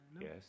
Yes